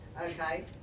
Okay